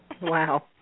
Wow